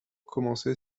commençait